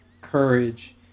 courage